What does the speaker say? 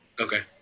Okay